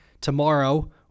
Tomorrow